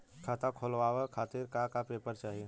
खाता खोलवाव खातिर का का पेपर चाही?